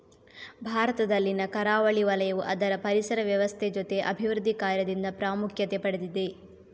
ಭಾರತದಲ್ಲಿನ ಕರಾವಳಿ ವಲಯವು ಅದರ ಪರಿಸರ ವ್ಯವಸ್ಥೆ ಜೊತೆ ಅಭಿವೃದ್ಧಿ ಕಾರ್ಯದಿಂದ ಪ್ರಾಮುಖ್ಯತೆ ಪಡೆದಿದೆ